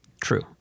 True